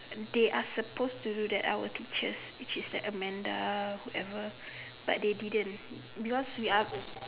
they are supposed to do that our teachers which is the Amanda whoever but they didn't because we are